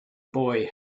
boy